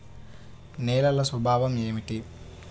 నేలల స్వభావం ఏమిటీ?